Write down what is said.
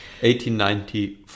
1894